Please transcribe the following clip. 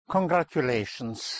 Congratulations